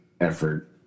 effort